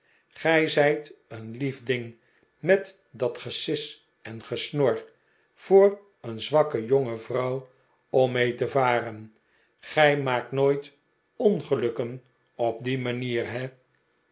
ge zijt een lief ding met dat gesis en gesnor voor een zwakke jonge vrouw om mee te varen gij maakt nooit ongelukken op die manier he